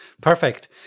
Perfect